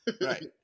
Right